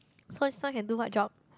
so next time can do what job